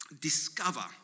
discover